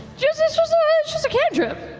just just a cantrip.